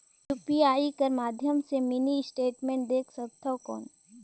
UPI कर माध्यम से मिनी स्टेटमेंट देख सकथव कौन?